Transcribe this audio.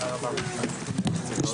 הישיבה ננעלה בשעה 12:30.